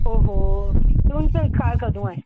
ओ हो हून संस्कार कदूं ऐ